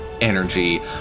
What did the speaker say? energy